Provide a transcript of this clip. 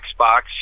Xbox